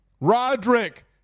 Roderick